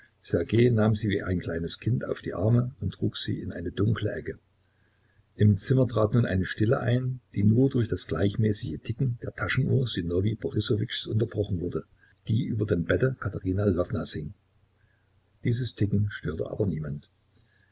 nahm sie wie ein kleines kind auf die arme und trug sie in eine dunkle ecke im zimmer trat nun eine stille ein die nur durch das gleichmäßige ticken der taschenuhr sinowij borissowitschs unterbrochen wurde die über dem bette katerina lwownas hing dieses ticken störte aber niemand